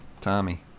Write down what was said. Tommy